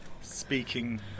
speaking